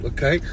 Okay